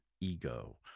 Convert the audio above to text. ego